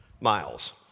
miles